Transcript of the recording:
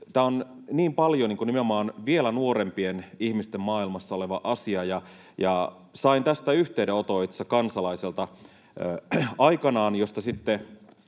Tämä on niin paljon nimenomaan vielä nuorempien ihmisten maailmassa oleva asia. Sain tästä itse asiassa kansalaiselta aikanaan yhteydenoton,